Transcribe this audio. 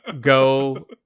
go